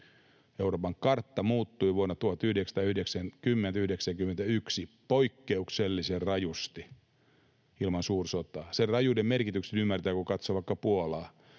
Euroopan kartta muuttui vuosina 1990—91 poikkeuksellisen rajusti ilman suursotaa. Sen rajuuden merkityksen ymmärtää, kun katsoo vaikka Puolaa.